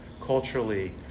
culturally